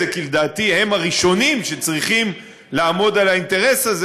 כי לדעתי הם הראשונים שצריכים לעמוד על האינטרס הזה